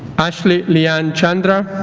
ashley leanne chandra